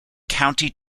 county